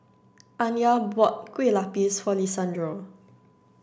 Anya bought Kueh Lapis for Lisandro